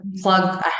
plug